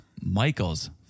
Michael's